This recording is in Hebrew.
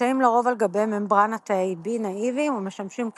נמצאים לרוב על-גבי ממברנת תאי B נאיביים ומשמשים כקולטן.